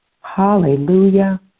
Hallelujah